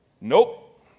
Nope